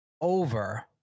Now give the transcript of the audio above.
over